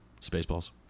Spaceballs